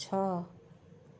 ଛଅ